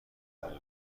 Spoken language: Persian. بزرگتر